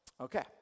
Okay